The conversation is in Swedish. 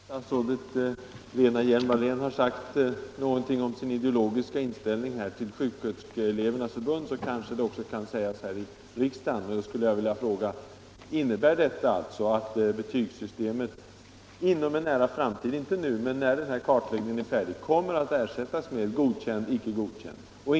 Herr talman! Om nu statsrådet Hjelm-Wallén till Sjuksköterskeelevernas förbund har sagt något om sin ideologiska inställning till betygssystemet, kanske det också kan sägas här i riksdagen. Jag skulle då vilja fråga: Innebär detta alltså att betygssystemet inom en nära framtid, då ifrågavarande kartläggning är färdig, kommer att ersättas med betygsskalan godkänd — icke godkänd?